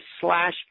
slash